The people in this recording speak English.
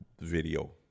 video